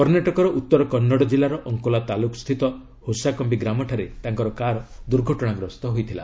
କର୍ଷ୍ଣାଟକର ଉତ୍ତର କନ୍ନଡ ଜିଲ୍ଲାର ଅକ୍ଟୋଲା ତାଲୁକ ସ୍ଥିତ ହୋସାକଣ୍ଢି ଗ୍ରାମଠାରେ ତାଙ୍କର କାର୍ ଦୁର୍ଘଟଣାଗ୍ରସ୍ତ ହୋଇଥିଲା